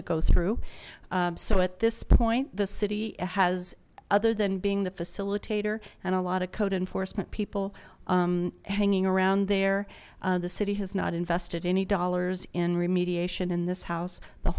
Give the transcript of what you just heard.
to go through so at this point the city has other than being the facilitator and a lot of code enforcement people hanging around there the city has not invested any dollars in remediation in this house the